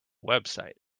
website